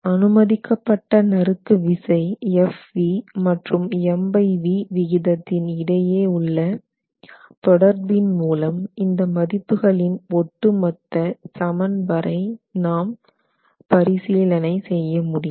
அனுமதிக்கப்பட்ட நறுக்கு விசை Fv மற்றும் MVd விகிதத்தின் இடையே உள்ள தொடர்பின் மூலம் இந்த மதிப்புகளின் ஒட்டுமொத்த சமன் வரை நாம் பரிசீலனை செய்ய முடியும்